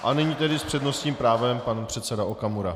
A nyní tedy s přednostním právem pan předseda Okamura.